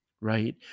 Right